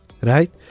right